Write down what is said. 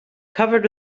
covered